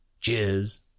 Cheers